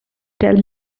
tell